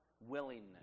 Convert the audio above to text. willingness